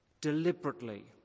deliberately